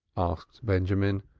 asked benjamin,